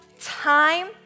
time